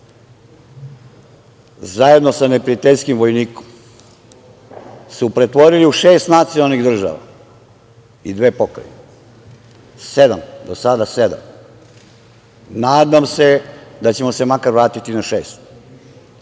zajedno sa neprijateljskim vojnikom, pretvorili u šest nacionalnih država i dve pokrajine, sedam, do sada sedam. Nadam se da ćemo se makar vratiti na